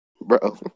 Bro